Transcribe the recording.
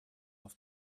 auf